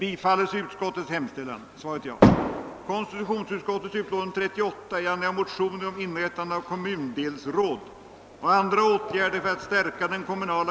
Inrättande av kommundelsråd och andra åtgärder för att stärka den kommunala självstyrelsens medborgerliga förankring Inrättande av kommundelsråd och andra åtgärder för att stärka den kommunala